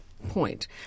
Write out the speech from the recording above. point